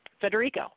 Federico